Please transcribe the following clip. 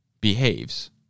behaves